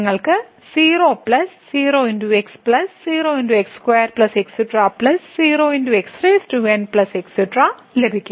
നിങ്ങൾക്ക് ലഭിക്കും